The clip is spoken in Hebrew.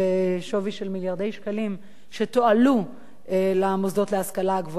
של מיליארדי שקלים שתועלו למוסדות להשכלה הגבוהה לאחר